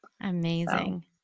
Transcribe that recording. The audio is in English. Amazing